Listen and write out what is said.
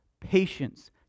patience